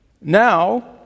Now